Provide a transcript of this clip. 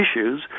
issues